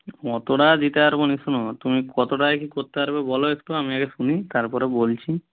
অত টাকা দিতে পারব না শোনো তুমি কত টাকায় কী করতে পারবে বলো একটু আমি আগে শুনি তারপরে বলছি